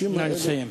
נא לסיים.